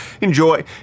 enjoy